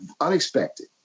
Unexpected